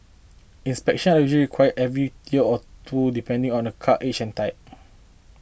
inspections are usually required every year or two depending on a car's age and type